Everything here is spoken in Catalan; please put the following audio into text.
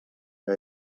que